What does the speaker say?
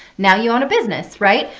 now you own a business, right?